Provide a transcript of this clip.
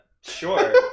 Sure